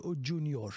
Junior